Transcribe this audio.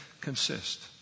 consist